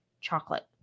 chocolate